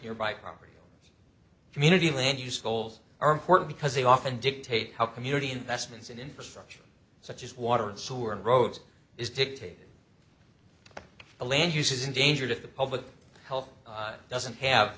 here by property community land use goals are important because they often dictate how community investments in infrastructure such as water and sewer and roads is dictated by the land use is endangered if the public health doesn't have